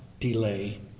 delay